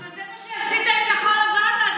אני רואה גם את חבריי מתחבקים.